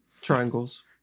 Triangles